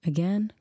Again